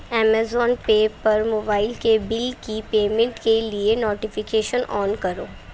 Amazon pay پر mobile کے bill کی پیمنٹ کے لیے نوٹیفیکیشن آن کرو